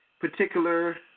particular